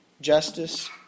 justice